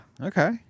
Okay